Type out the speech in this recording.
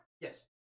Yes